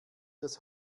das